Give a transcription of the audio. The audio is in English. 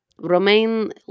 Romaine